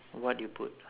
what you put